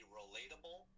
relatable